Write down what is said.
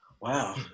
Wow